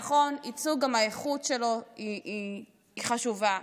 נכון, גם האיכות של הייצוג חשובה.